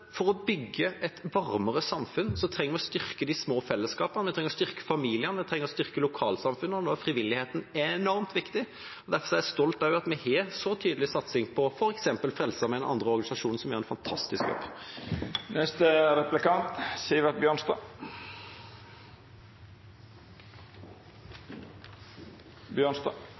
For å bygge et varmere samfunn trenger vi å styrke de små fellesskapene, vi trenger å styrke familiene, vi trenger å styrke lokalsamfunnene, og da er frivilligheten enormt viktig. Derfor er jeg også stolt av at vi har en så tydelig satsing på f.eks. Frelsesarmeen og andre organisasjoner som gjør en fantastisk